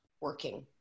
working